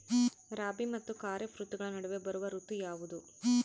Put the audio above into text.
ರಾಬಿ ಮತ್ತು ಖಾರೇಫ್ ಋತುಗಳ ನಡುವೆ ಬರುವ ಋತು ಯಾವುದು?